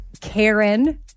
Karen